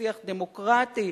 שיח דמוקרטי,